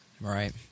Right